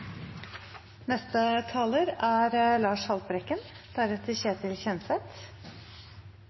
Neste taler er Ketil Kjenseth.